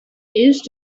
used